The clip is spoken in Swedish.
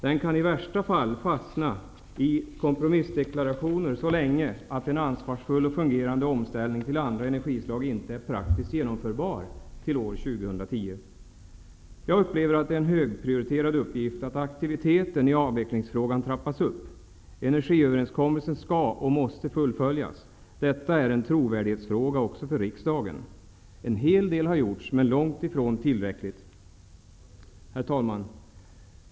Den kan i värsta fall fastna i kompromissdeklarationer så länge att en ansvarsfull och fungerande omställning till andra energislag inte är praktiskt genomförbar till år Jag upplever att det är en högprioriterad uppgift att aktiviteten i avvecklingsfrågan trappas upp. Energiöverenskommelsen skall och måste fullföljas. Det är en trovärdighetsfråga också för riksdagen. En hel del har gjorts, men långt ifrån tillräckligt. Herr talman!